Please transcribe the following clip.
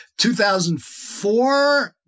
2004